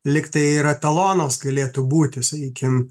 lygtai ir etalonas galėtų būti sakykim